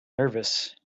nervous